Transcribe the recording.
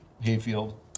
Hayfield